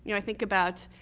you know i think about,